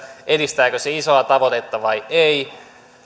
edistääkö se isoa tavoitetta vai ei